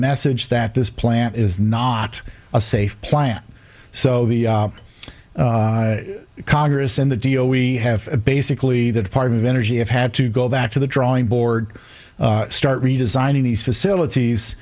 message that this plant is not a safe plant so the congress and the deal we have basically the department of energy have had to go back to the drawing board start redesigning these facilities